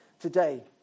today